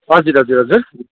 हजुर हजुर हजुर